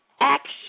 Action